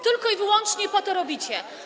Tylko i wyłącznie po to to robicie.